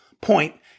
point